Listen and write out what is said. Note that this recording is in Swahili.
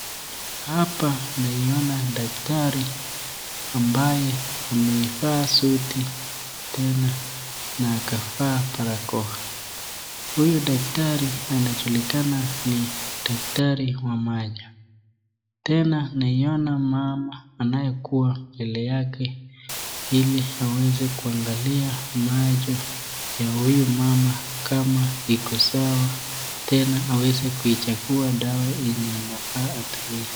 Hapa naiona daktari ambaye ameivaa suti tena na akavaa barakoa. Huyu daktari anajulikana ni daktari wa macho tena naiona mama anayekuwa mbele yake ili aweze kuangalia macho ya huyu mama kama iko sawa tena aweze kuichagua dawa yenye inafaa atumie.